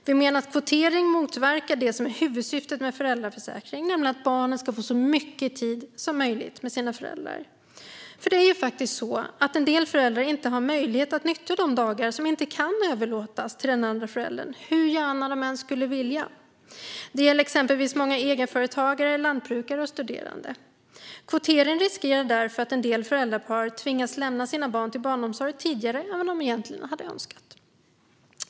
Vi menar att kvotering motverkar det som är huvudsyftet med föräldraförsäkringen, nämligen att barnen ska få så mycket tid som möjligt med sina föräldrar. Det är ju faktiskt så att en del föräldrar inte har möjlighet att utnyttja de dagar som inte kan överlåtas till den andra föräldern, hur gärna de än skulle vilja. Det gäller exempelvis många egenföretagare, lantbrukare och studerande. Kvotering innebär därför en risk att en del föräldrapar tvingas lämna sina barn till barnomsorg tidigare än de egentligen hade önskat.